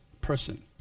person